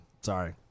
Sorry